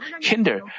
hinder